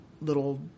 little